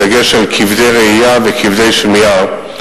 בדגש על כבדי ראייה וכבדי שמיעה,